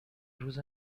روز